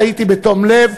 טעיתי בתום לב,